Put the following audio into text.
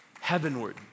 heavenward